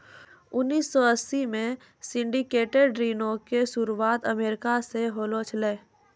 उन्नीस सौ अस्सी मे सिंडिकेटेड ऋणो के शुरुआत अमेरिका से होलो छलै